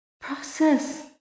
process